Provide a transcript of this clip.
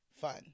fun